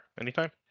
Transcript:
anytime